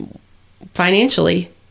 financially